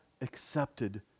accepted